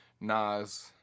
Nas